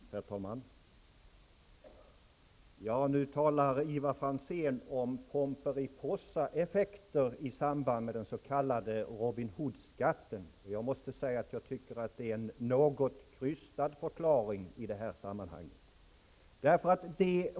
Herr talman! Nu talar Ivar Franzén om Robin Hood-skatten. Jag tycker att det är en något krystad förklaring i sammanhanget.